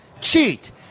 cheat